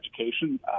education